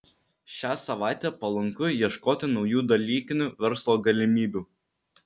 šią savaitę palanku ieškoti naujų dalykinių verslo galimybių